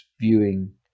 viewing